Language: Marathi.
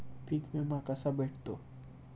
पीक विमा कसा भेटतो?